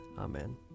Amen